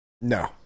No